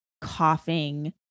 coughing